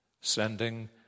sending